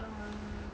uh